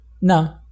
No